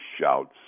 shouts